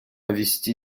вести